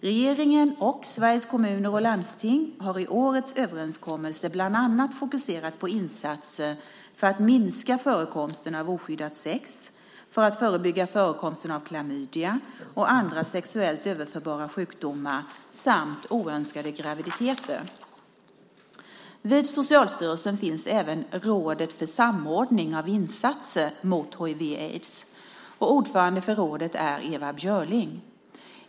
Regeringen och Sveriges Kommuner och Landsting har i årets överenskommelse bland annat fokuserat på insatser för att minska förekomsten av oskyddat sex, för att förebygga förekomsten av klamydia och andra sexuellt överförbara sjukdomar samt oönskade graviditeter. Vid Socialstyrelsen finns även Rådet för samordning av insatser mot hiv/aids, och ordförande för rådet är Ewa Björling.